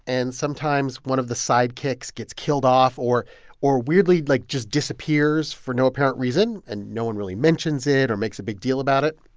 and sometimes one of the sidekicks gets killed off or or weirdly, like, just disappears for no apparent reason, and no one really mentions it or makes a big deal about it?